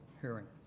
hearing